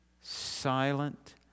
silent